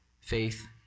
faith